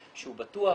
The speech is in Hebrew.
שהוא בטוח,